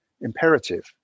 imperative